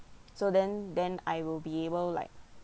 so then then I will be able like